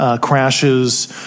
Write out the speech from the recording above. crashes